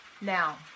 Now